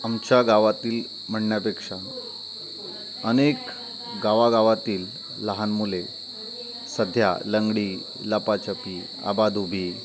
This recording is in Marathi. आमच्या गावातील म्हणण्यापेक्षा अनेक गावागावातील लहान मुले सध्या लंगडी लपाछपी आबाधूबी